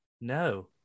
No